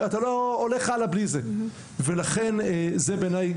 אתה לא הולך הלאה בלי זה ולכן זה בעיניי